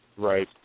Right